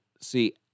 see